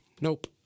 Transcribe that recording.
nope